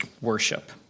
worship